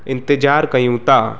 इंतज़ारु कयूं था